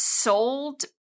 sold